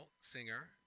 singer